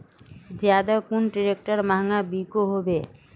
ज्यादा कुन ट्रैक्टर महंगा बिको होबे?